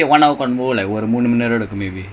or one hour